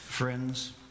Friends